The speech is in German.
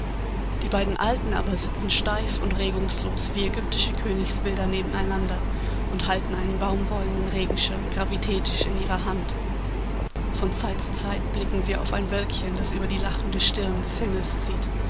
die beiden alten aber sitzen steif und regungslos wie ägyptische königsbilder nebeneinander und halten einen baumwollenen regenschirm gravitätisch in ihrer hand von zeit zu zeit blicken sie auf ein wölkchen das über die lachende stirn des himmels zieht